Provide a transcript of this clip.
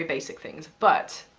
basic things, but.